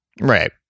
Right